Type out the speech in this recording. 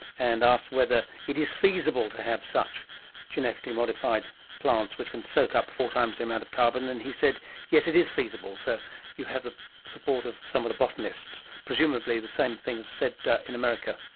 and asked whether it is feasible to have such genetically modified plants which can soak up four times the amount of carbon, and he said yes, it is feasible. so you have the support of some of the botanists. presumably the same thing is said in america.